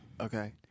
Okay